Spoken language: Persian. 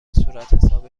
صورتحساب